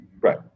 Right